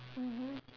mmhmm